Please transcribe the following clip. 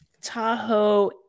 Tahoe